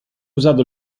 usato